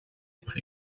pri